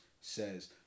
says